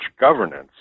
governance